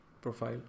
profile